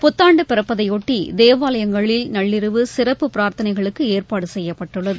புத்தாண்டு பிறப்பதையொட்டி தேவாலயங்களில் நள்ளிரவு சிறப்பு பிரார்த்தனைகளுக்கு ஏற்பாடு செய்யப்பட்டுள்ளது